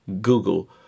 Google